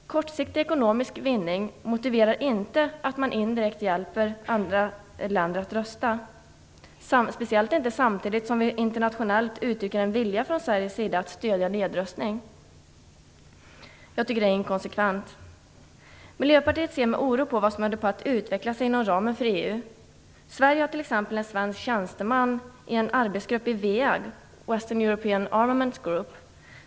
Kortsiktig ekonomisk vinning motiverar inte att man indirekt hjälper andra länder att rusta, speciellt inte som vi samtidigt internationellt uttrycker en vilja att stödja nedrustning. Jag tycker att det är inkonsekvent. Miljöpartiet ser med oro på det som håller på att ske inom ramen för EU. Sverige har t.ex. en svensk tjänsteman som deltar i en arbetsgrupp inom WEAG, Western European Armament Group.